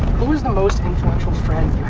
was the most influential friend